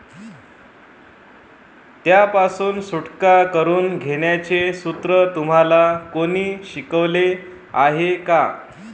त्यापासून सुटका करून घेण्याचे सूत्र तुम्हाला कोणी शिकवले आहे का?